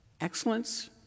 excellence